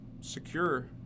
secure